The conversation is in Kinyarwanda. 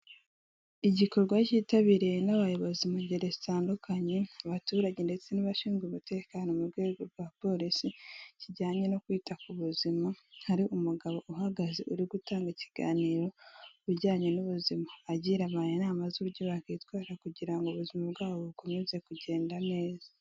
Igikorwa cyitabiriwe n'abayobozi mu ngeri zitandukanye abaturage ndetse n'abashinzwe umutekano mu rwego rwa polisi kijyanye no kwita ku buzima, hari umugabo uhagaze uri gutanga ikiganiro ku bijyanye n'ubuzima, agira abantu inama z'uburyo bakwitwara kugira ngo ubuzima bwabo bukomeze kugenda neza.